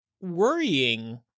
worrying